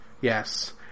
Yes